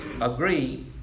agree